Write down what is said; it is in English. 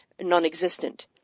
non-existent